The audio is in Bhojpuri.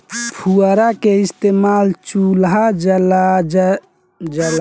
पुअरा के इस्तेमाल चूल्हा जरावे के काम मे भी आवेला